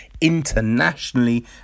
Internationally